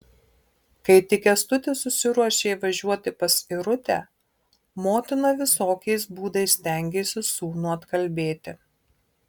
kai tik kęstutis susiruošė važiuoti pas irutę motina visokiais būdais stengėsi sūnų atkalbėti